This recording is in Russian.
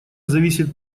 зависит